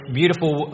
beautiful